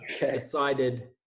decided